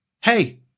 hey